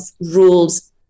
rules